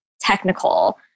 technical